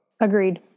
Agreed